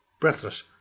Breathless